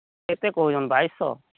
କେତେ କହୁଛନ୍ତି ବାଇଶଶହ